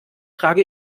trage